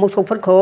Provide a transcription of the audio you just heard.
मोसौफोरखौ